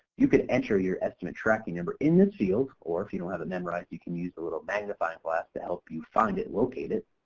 you could enter your estimate tracking number in this field or if you don't have it memorized you can use the little magnifying glass to help you find it, locate it.